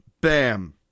Bam